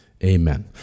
Amen